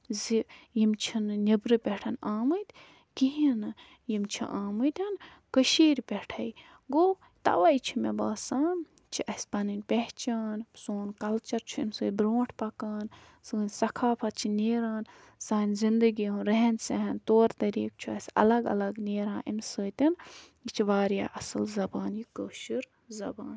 زِ یِم چھِنہٕ نیٚبرٕ پٮ۪ٹھ آمٕتۍ کِہیٖنۍ نہٕ یِم چھِ آمٕتۍ کٔشیٖرِ پٮ۪ٹھَے گوٚو تَوَے چھِ مےٚ باسان چھِ اَسہِ پَنٕنۍ پہچان سون کَلچَر چھُ اَمہِ سۭتۍ برٛونٛٹھ پَکان سٲنۍ ثقافت چھِ نیران سانہِ زِندگی ہُنٛد رہن سہن طور طٔریٖقہٕ چھُ اَسہِ اَلگ اَلگ نیران اَمہِ سۭتۍ یہِ چھِ واریاہ اَصٕل زَبان یہِ کٲشُر زَبان